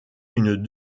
une